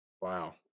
Wow